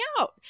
out